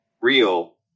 real